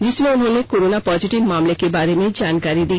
जिसमें उन्होंने corona positive मामले के बारे में जानकारी दी